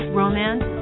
romance